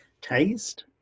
Taste